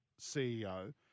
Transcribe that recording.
CEO